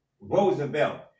Roosevelt